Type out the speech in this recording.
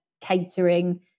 Catering